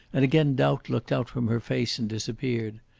and again doubt looked out from her face and disappeared.